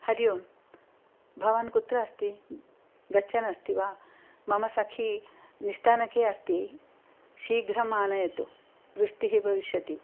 हरि ओम् भवान् कुत्र अस्ति गच्छन् अस्ति वा मम सखी निस्थानके अस्ति शीघ्रम् आनयतु वृष्टिः भविष्यति